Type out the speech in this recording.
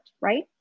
right